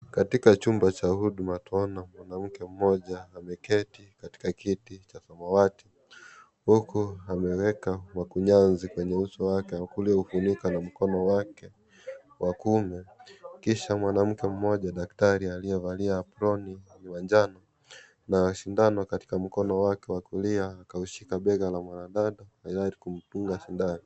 Katika chumba cha huduma twaona mwanamke mmoja ameketi katika kiti cha samawati, huku ameweka makunyanzi kwenye uso wake, aliofunika na mkono wake wa kuume, kisha mwanamke mmoja daktari aliyevalia aproni ya njano na sindano katika mkono wake wa kulia akishika bega la mwanadada tayari kumdunga sindano.